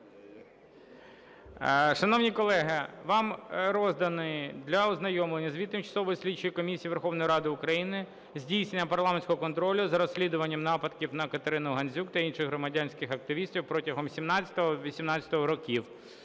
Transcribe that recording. Шановні колеги, вам розданий для ознайомлення звіт Тимчасової слідчої комісії Верховної Ради України для здійснення парламентського контролю за розслідуваннями нападів на Катерину Гандзюк та інших громадських активістів протягом 2017-2018 років.